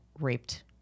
raped